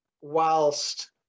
whilst